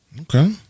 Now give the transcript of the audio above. Okay